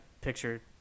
picture